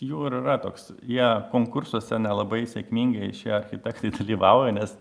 jų ir yra toks jie konkursuose nelabai sėkmingai šie architektai dalyvauja nes